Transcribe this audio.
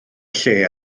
lle